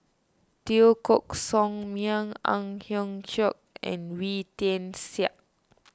Teo Koh Sock Miang Ang Hiong Chiok and Wee Tian Siak